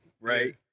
right